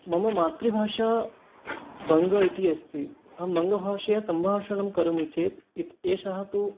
मम मातृभाषा बङ्ग इति अस्ति अहं बङ्गभाषया सम्भाषणं करोमि चेत् एषः तु